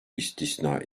istisna